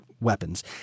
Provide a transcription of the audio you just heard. weapons